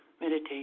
meditate